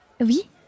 Oui